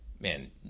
man